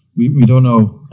we don't know.